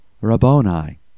Rabboni